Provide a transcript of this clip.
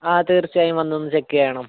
ആ തീർച്ചയായും വന്നൊന്ന് ചെക്ക് ചെയ്യണം